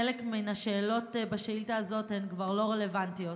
חלק מן השאלות בשאילתה הזאת כבר לא רלוונטיות.